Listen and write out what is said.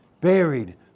buried